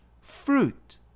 fruit